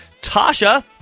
Tasha